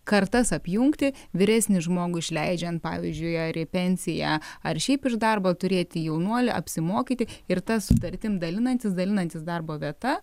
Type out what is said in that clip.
kartas apjungti vyresnį žmogų išleidžiant pavyzdžiui ar į pensiją ar šiaip iš darbo turėti jaunuolį apsimokyti ir ta sutartim dalinantis dalinantis darbo vieta